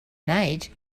night